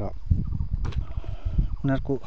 र उनीहरूको